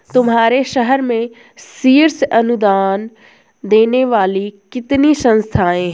तुम्हारे शहर में शीर्ष अनुदान देने वाली कितनी संस्थाएं हैं?